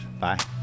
Bye